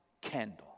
candle